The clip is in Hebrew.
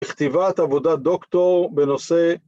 ‫כתיבת עבודה דוקטור בנושא...